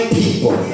people